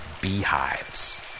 beehives